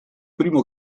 primo